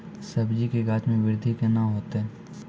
सब्जी के गाछ मे बृद्धि कैना होतै?